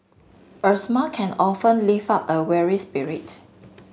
a smile can often lift up a weary spirit